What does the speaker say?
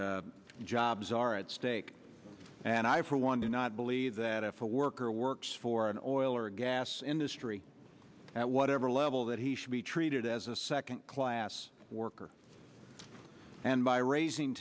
noted jobs are at stake and i for one do not believe that if a worker works for an oil or gas industry at whatever level that he should be treated as a second class worker and by raising